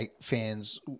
fans